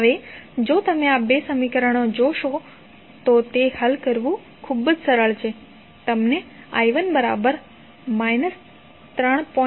હવે જો તમે આ બે સમીકરણો જોશો તો તે હલ કરવું ખૂબ જ સરળ છે તમને i1 3